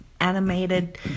animated